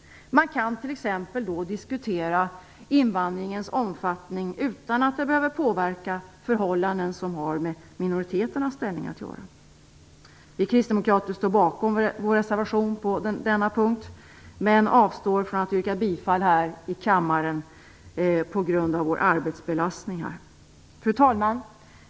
Man kan t.ex. då diskutera invandringens omfattning utan att det behöver påverka förhållanden som har med minoriteternas ställning att göra. Vi kristdemokrater står bakom vår reservation på denna punkt men avstår från att här i kammaren yrka bifall till den på grund av kammarens arbetsbelastning. Fru talman!